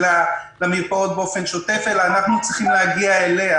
למרפאות באופן שוטף אלא אנחנו צריכים להגיע אליה.